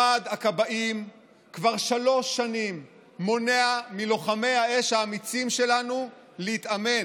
ועד הכבאים כבר שלוש שנים מונע מלוחמי האש האמיצים שלנו להתאמן,